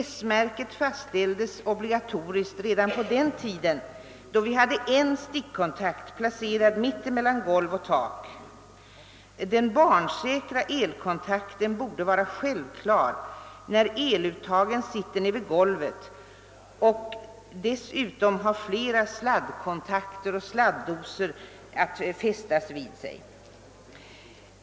S-märket fastställdes obligatoriskt redan på den tiden då vi hade bara en stickkontakt, placerad mitt emellan golv och tak. Barnsäkra elkontakter borde vara självklara, när eluttagen sitter nere vid golvet och dessutom kan ha flera sladdkontakter och sladdosor fästade vid sig.